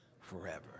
forever